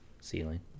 ceiling